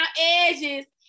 edges